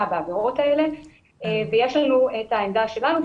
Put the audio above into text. בעבירות האלה ויש לנו את העמדה שלנו.